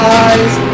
eyes